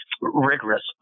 rigorous